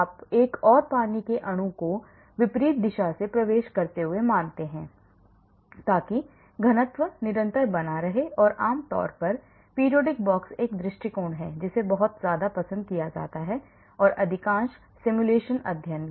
आप एक और पानी के अणु को विपरीत दिशा से प्रवेश करते हुए मानते हैं ताकि घनत्व निरंतर बना रहे और आम तौर पर पीरियड बॉक्स एक दृष्टिकोण है जिसे बहुत पसंद किया जाता है और अधिकांश सिमुलेशन अध्ययन